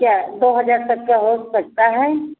क्या दो हज़ार तक का हो सकता है